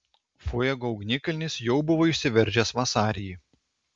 fuego ugnikalnis jau buvo išsiveržęs vasarį